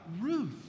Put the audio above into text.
Ruth